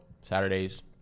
Saturdays